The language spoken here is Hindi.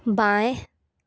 बाएँ